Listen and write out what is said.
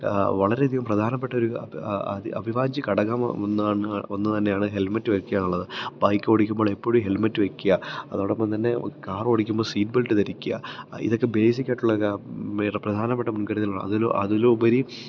വളരെയധികം പ്രധാനപ്പെട്ടൊരു അഭിവാജ്യഘടകമാ ഒന്നാന്നാ ഒന്ന് തന്നെയാണ് ഹെല്മെറ്റ് വെക്കുക എന്നുള്ളത് ബൈക്കോടിക്കുമ്പോളെപ്പളും ഹെല്മെറ്റ് വെയ്ക്കുക അതോടൊപ്പം തന്നെ കാറോടിക്കുമ്പം സീറ്റ് ബെല്റ്റ് ധരിക്കുക ഇതൊക്കെ ബേസിക്കായിട്ടുള്ള കാ ഏറെ പ്രധാനപ്പെട്ട മുൻകരുതലുകളാണ് അതില് അതിലും ഉപരി